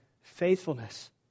faithfulness